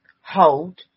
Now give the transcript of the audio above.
hold